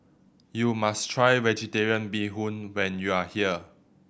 you must try Vegetarian Bee Hoon when you are here